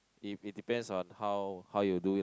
if it depends on how how you do